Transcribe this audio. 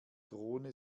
drohne